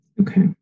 Okay